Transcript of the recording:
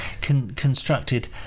constructed